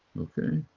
okay.